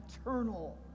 eternal